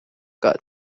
got